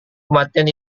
kematian